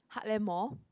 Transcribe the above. Heartland Mall